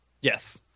Yes